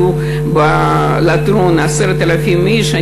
שיהיו בלטרון 10,000 איש,